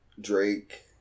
Drake